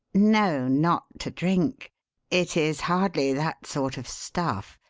no, not to drink it is hardly that sort of stuff.